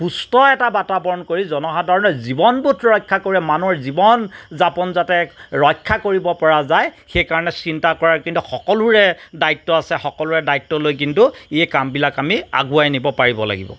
সুস্থ এটা বাতাবৰণ কৰি জনসাধাৰণে জীৱনবোধ ৰক্ষা কৰে জীৱন যাপন যাতে ৰক্ষা কৰিব পৰা যায় সেইকাৰণে চিন্তা কৰাৰ কিন্তু সকলোৰে দ্বায়িত্ব আছে সকলোৰে দ্বায়িত্ব লৈ কিন্তু এই কামবিলাক আমি আগুৱাই নিব পাৰিব লাগিব